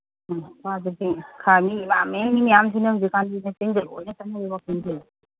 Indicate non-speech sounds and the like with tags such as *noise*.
*unintelligible* ꯌꯥꯝꯃꯦꯍꯦ ꯃꯤ ꯃꯌꯥꯝꯁꯤꯅ ꯍꯧꯖꯤꯛꯀꯥꯟꯁꯤ ꯆꯤꯡꯗ ꯂꯣꯏꯅ ꯆꯠꯅꯩ ꯋꯥꯛꯀꯤꯡꯁꯦ